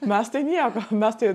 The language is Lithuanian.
mes tai nieko mes tai